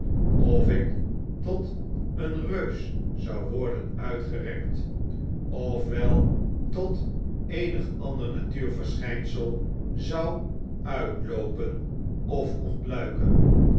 of ik tot een reus zou worden uitgerekt of wel tot eenig ander natuurverschijnsei zou uitloopen of ontluiken